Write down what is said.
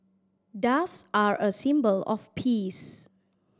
doves are a symbol of peace